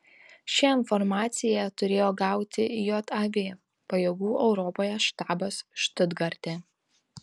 šią informaciją turėjo gauti jav pajėgų europoje štabas štutgarte